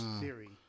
theory